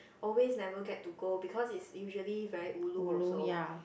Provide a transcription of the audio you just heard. always never get to go because it's usually very ulu also